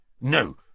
No